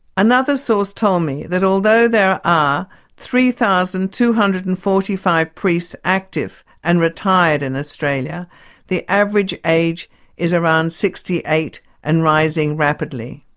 another source told me that although there are three thousand two hundred and forty five priests active and retired in australia the average age is around sixty eight and rising rapidly.